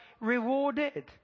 rewarded